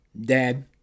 dad